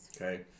Okay